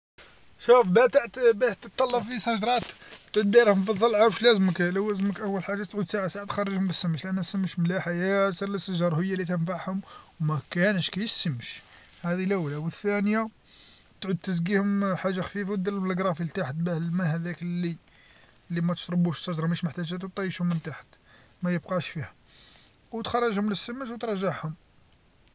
شوف باه تتهلى في سجراتك تتديرهم في الظل تعرف واش لازمك ، لازمك أول حاجه ساعه ساعه تخرجهم للسمش لأنو سمش مليحه ياسر للسجر و هي لي تبعهم و مكانش كي سمش هاذي لوله و الثانيه تعود تسقيهم حاجه خفيفه و دير لهم التحت باه ذام الما هذاك لي لي متشربوش السجره طيشو من تحت، ميبقاش فيها، وتخرجهم للسمش وترجعهم.